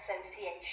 Association